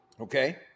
Okay